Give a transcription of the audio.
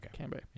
Okay